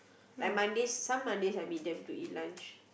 like Mondays some Mondays I meet them to eat lunch